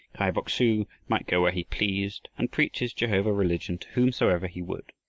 kai bok-su might go where he pleased and preach his jehovah-religion to whomsoever he would.